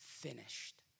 finished